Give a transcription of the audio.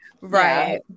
Right